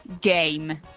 game